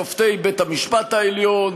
שופטי בית-המשפט העליון